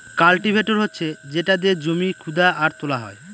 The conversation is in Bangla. কাল্টিভেটর হচ্ছে যেটা দিয়ে জমি খুদা আর তোলা হয়